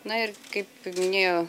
na ir kaip jau minėjo